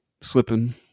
slipping